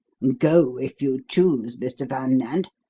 go, if you choose, mr. van nant.